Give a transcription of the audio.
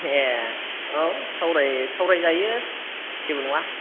ए औ सावराय जायो जेबो नङा